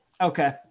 Okay